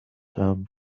term